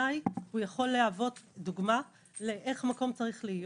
יוכל להוות דוגמה איך מקום יכול להיות.